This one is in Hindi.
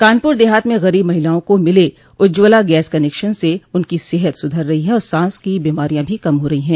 कानपुर देहात में गरीब महिलाओं को मिले उज्ज्वला गैस कनेक्शन से उनकी सेहत सुधर रही है और सांस की बीमारियां भी कम हो रही है